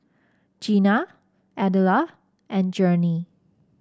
Jeana Adela and Journey